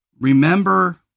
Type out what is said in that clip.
remember